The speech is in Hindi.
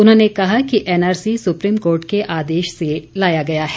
उन्होंने कहा कि एनआरसी सुप्रीम कोर्ट के आदेश से लाया गया है